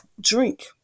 drink